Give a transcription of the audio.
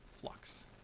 flux